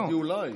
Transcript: לא.